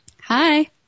Hi